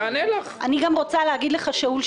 אני גם רוצה להגיד לך שאול,